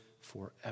forever